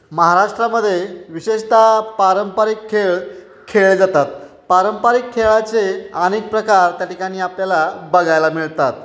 महाराष्ट्रामध्ये विशेषत पारंपरिक खेळ खेळले जातात पारंपरिक खेळाचे अनेक प्रकार त्या ठिकाणी आपल्याला बघायला मिळतात